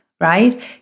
Right